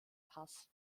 pass